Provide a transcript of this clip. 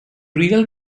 real